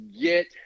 get